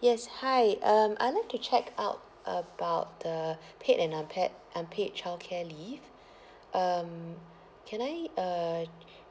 yes hi um I'd like to check out about the paid and unpaid unpaid childcare leave um can I uh